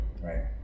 Right